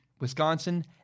Wisconsin